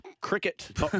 Cricket